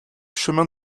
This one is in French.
chemin